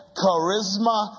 charisma